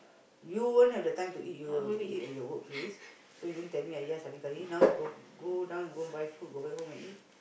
you won't have the time to eat you will eat at your workplace so you don't tell me I just now you go go down and go buy food go back home and eat